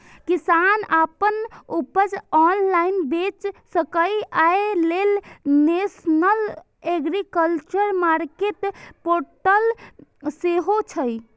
किसान अपन उपज ऑनलाइन बेच सकै, अय लेल नेशनल एग्रीकल्चर मार्केट पोर्टल सेहो छै